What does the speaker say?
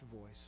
voice